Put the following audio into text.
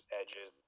edges